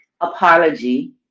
apology